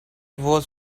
was